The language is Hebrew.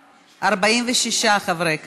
46 חברי כנסת,